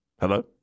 Hello